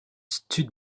stud